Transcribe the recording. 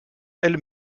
elle